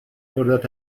voordat